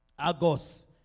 Agos